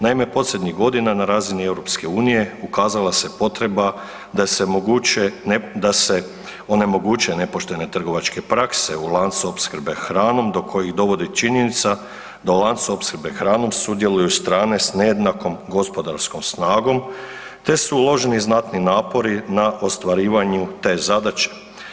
Naime, posljednjih godina na razini EU-a, ukazala se potreba da se onemoguće nepoštene trgovačke prakse u lancu opskrbe hranom do kojih dovodi činjenica da u lancu opskrbe hranom sudjeluju strane s nejednakom gospodarskog snagom te su uloženi znatni napori na ostvarivanju te zadaće.